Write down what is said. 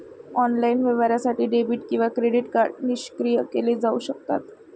online व्यवहारासाठी debit किंवा credit card निष्क्रिय केले जाऊ शकतात